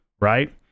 right